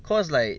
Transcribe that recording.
cause like